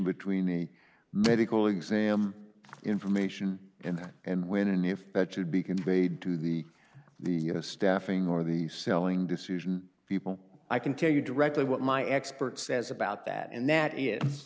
between a medical exam information and that and when and if that should be conveyed to the the staffing or the selling decision people i can tell you directly what my expert says about that and that is